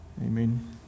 Amen